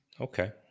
Okay